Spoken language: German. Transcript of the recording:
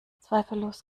zweifellos